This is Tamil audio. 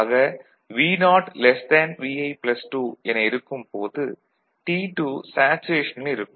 ஆக Vo Vi2 என இருக்கும் போது T2 சேச்சுரேஷனில் இருக்கும்